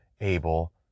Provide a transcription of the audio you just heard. able